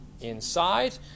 inside